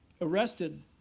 arrested